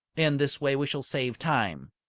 in this way we shall save time.